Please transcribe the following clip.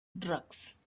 drugs